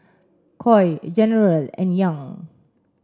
Coy General and Young